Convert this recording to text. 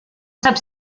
sap